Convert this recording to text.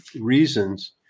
reasons